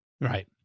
Right